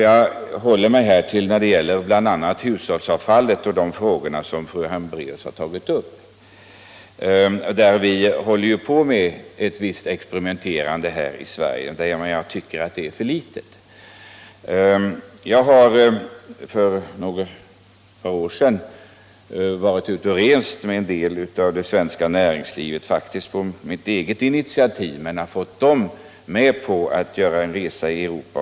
Jag skall här hålla mig till de frågor om hushållsavfallet som fru Hambraeus har tagit upp. Vi håller ju på med ett visst experimenterande på detta område i Sverige, men jag tycker att det sker i alltför liten omfattning. För några år sedan var jag ute och reste tillsammans med representanter för det svenska näringslivet — faktiskt på mitt eget initiativ, men jag fick dem att gå med på att göra en resa i Europa.